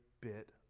bit